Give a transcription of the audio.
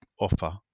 offer